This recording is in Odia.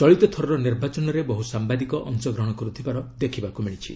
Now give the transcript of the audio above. ଚଳିତଥରର ନିର୍ବାଚନରେ ବହୁ ସାମ୍ବାଦିକ ଅଂଶଗ୍ରହଣ କରୁଥିବାର ଦେଖିବାକୁ ମିଳିଛି